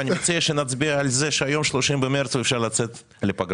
אני מציע שנצביע על זה שהיום 30 במרץ ואפשר לצאת לפגרה.